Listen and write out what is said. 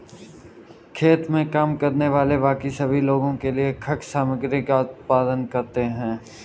खेत में काम करने वाले बाकी सभी लोगों के लिए खाद्य सामग्री का उत्पादन करते हैं